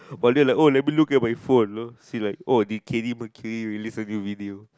but then like oh let me look at my phone know see like oh did McKally release a new video